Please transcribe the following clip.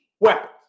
Weapons